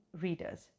readers